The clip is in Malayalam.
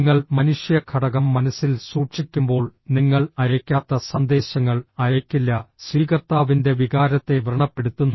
നിങ്ങൾ മനുഷ്യ ഘടകം മനസ്സിൽ സൂക്ഷിക്കുമ്പോൾ നിങ്ങൾ അയയ്ക്കാത്ത സന്ദേശങ്ങൾ അയയ്ക്കില്ല സ്വീകർത്താവിന്റെ വികാരത്തെ വ്രണപ്പെടുത്തുന്നു